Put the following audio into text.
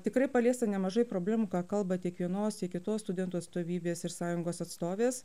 tikrai paliesta nemažai problemų ką kalba tiek vienos tiek kitos studentų atstovybės ir sąjungos atstovės